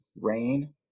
rain